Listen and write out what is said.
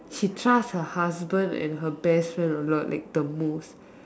she trust her husband and her best friend a lot like the most